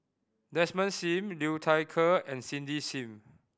Desmond Sim Liu Thai Ker and Cindy Sim